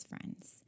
friends